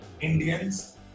Indians